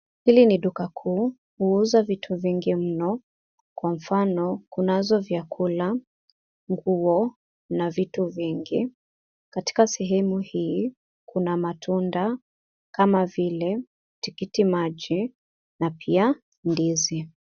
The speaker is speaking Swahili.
Hili ni duka kuu. Huuza vitu vingi mno, kwa mfano, kunazo vyakula, nguo na vitu vingi. Katika sehemu hii kuna matunda kama vile tikitimaji na pia ndizi.